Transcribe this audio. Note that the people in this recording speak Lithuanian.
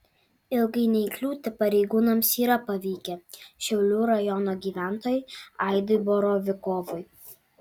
ilgai neįkliūti pareigūnams yra pavykę šiaulių rajono gyventojui aidui borovikovui